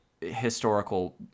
historical